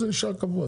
זה נשאר קבוע.